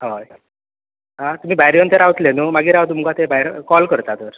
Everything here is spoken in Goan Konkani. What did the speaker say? हय आं तुमी भायर येवन थंय रावतले न्हय मागीर हांव तुमकां ते भायर कॉल करता तर